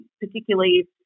particularly